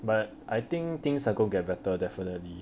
but I think things are going get better definitely